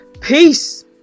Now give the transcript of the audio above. Peace